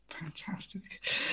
Fantastic